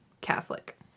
Catholic